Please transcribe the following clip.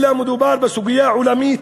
אלא מדובר בסוגיה עולמית,